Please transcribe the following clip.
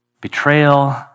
Betrayal